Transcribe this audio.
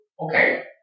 okay